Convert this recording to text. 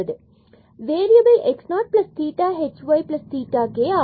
variable x 0 theta h y 0 theta k ஆகும்